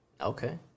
Okay